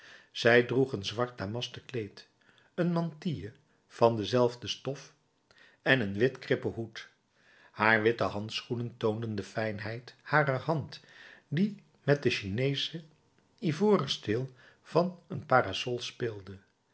zij droeg een zwart damasten kleed een mantille van dezelfde stof en een wit krippen hoed haar witte handschoenen toonden de fijnheid harer hand die met den chineeschen ivoren steel van een parasol speelde